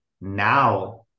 Now